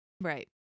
Right